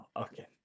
okay